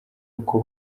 uko